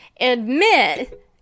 admit